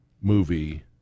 movie